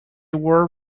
were